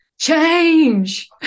change